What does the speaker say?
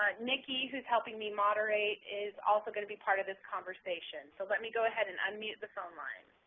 ah nicky, who's helping me moderate, is also going to be part of this conversation. so let me go ahead and unmute the phone lines.